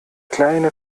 kleine